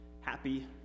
Happy